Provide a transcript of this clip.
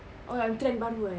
oh yang trend baru eh